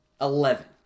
Eleven